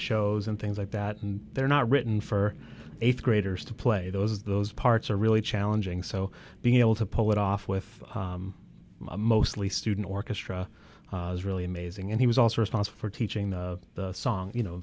shows and things like that and they're not written for th graders to play those those parts are really challenging so being able to pull it off with mostly student orchestra is really amazing and he was also responsible for teaching the song you know